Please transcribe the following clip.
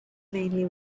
mainly